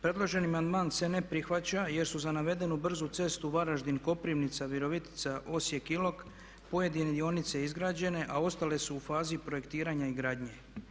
Predloženi amandman se ne prihvaća jer su za navedenu brzu cestu Varaždin-Koprivnica-Virovitica-Osijek-Ilok pojedine dionice izgrađene a ostale su u fazi projektiranja i gradnje.